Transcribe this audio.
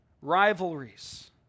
rivalries